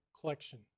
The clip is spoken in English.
collection